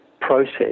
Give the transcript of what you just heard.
process